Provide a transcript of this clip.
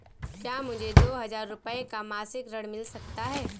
क्या मुझे दो हजार रूपए का मासिक ऋण मिल सकता है?